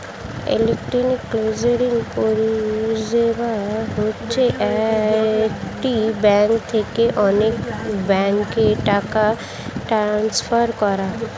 electronic clearing পরিষেবা হচ্ছে এক ব্যাঙ্ক থেকে অন্য ব্যাঙ্কে টাকা ট্রান্সফার করা